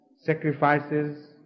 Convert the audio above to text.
sacrifices